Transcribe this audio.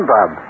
Bob